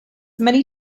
many